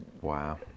Wow